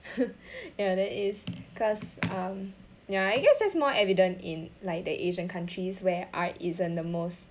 ya that is cause um ya I guess that's more evident in like the asian countries where art isn't the most